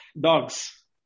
Dogs